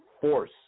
force